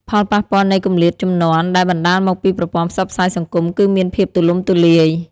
ផលប៉ះពាល់នៃគម្លាតជំនាន់ដែលបណ្តាលមកពីប្រព័ន្ធផ្សព្វផ្សាយសង្គមគឺមានភាពទូលំទូលាយ។